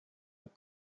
and